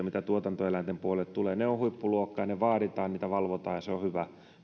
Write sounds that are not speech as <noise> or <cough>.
<unintelligible> mitä tuotantoeläinten puolelle tulee ne ovat huippuluokkaa ja ne vaaditaan niitä valvotaan ja se on hyvä